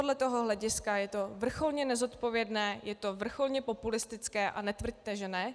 Z tohohle hlediska je to vrcholně nezodpovědné, je to vrcholně populistické a netvrďte že ne.